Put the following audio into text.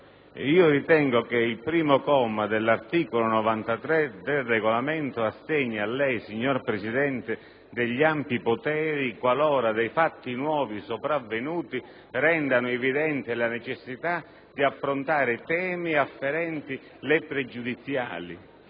Io ritengo che il comma 1 dell'articolo 93 del Regolamento assegna a lei, signor Presidente, ampi poteri, qualora fatti nuovi sopravvenuti rendano evidente la necessità di affrontare temi afferenti le pregiudiziali.